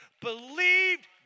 believed